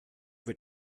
wird